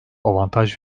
avantaj